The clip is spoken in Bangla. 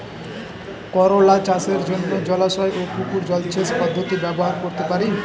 করোলা চাষের জন্য জলাশয় ও পুকুর জলসেচ পদ্ধতি ব্যবহার করতে পারি?